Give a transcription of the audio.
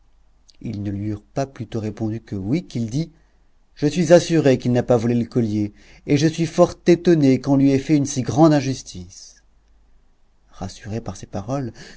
ils ne lui eurent pas plus tôt répondu que oui qu'il dit je suis assuré qu'il n'a pas volé le collier et je suis fort étonné qu'on lui ai fait une si grande injustice rassuré par ces paroles